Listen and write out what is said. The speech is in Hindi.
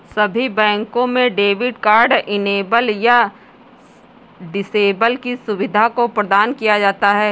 सभी बैंकों में डेबिट कार्ड इनेबल या डिसेबल की सुविधा को प्रदान किया जाता है